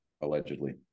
allegedly